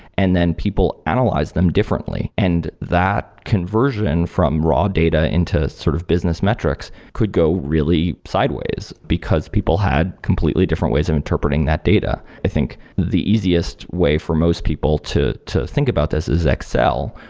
and then people analyzed them differently and that conversion from raw data into sort of business metrics could go really sideways, because people had completely different ways of interpreting that data. i think the easiest way for most people to to think about this is excel,